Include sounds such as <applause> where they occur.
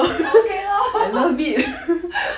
orh okay lor <laughs>